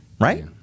right